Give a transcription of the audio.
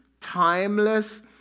timeless